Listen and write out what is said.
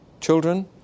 children